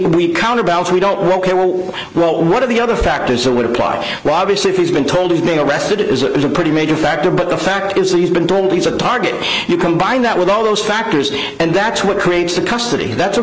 we counter balance we don't we're ok well well what are the other factors that would apply well obviously if he's been told of being arrested is a pretty major factor but the fact is that he's been told he's a target you combine that with all those factors and that's what creates the custody that's a